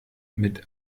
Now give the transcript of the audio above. mit